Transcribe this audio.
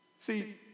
See